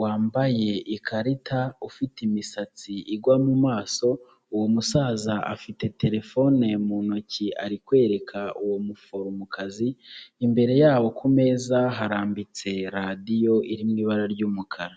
wambaye ikarita ufite imisatsi igwa mu maso, uwo musaza afite terefone mu ntoki ari kwereka uwo muforomokazi, imbere yabo ku meza harambitse radiyo iri mu ibara ry'umukara.